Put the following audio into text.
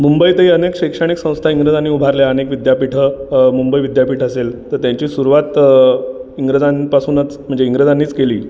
मुंबईतही अनेक शैक्षणिक संस्था इंग्रजांनी उभारल्या अनेक विद्यापीठं मुंबई विद्यापीठ असेल तर त्यांची सुरुवात इंग्रजांपासूनच म्हणजे इंग्रजांनीच केली